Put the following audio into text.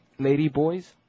Ladyboys